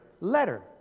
letter